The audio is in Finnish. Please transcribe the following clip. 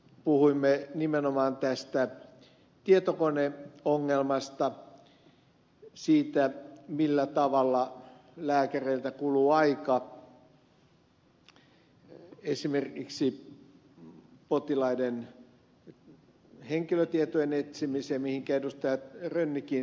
vastikään puhuimme nimenomaan tästä tietokoneongelmasta siitä millä tavalla lääkäreiltä kuluu aika esimerkiksi potilaiden henkilötietojen etsimiseen mihinkä ed